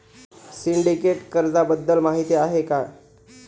Syndicate कर्जाबद्दल माहिती आहे का?